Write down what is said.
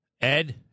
Ed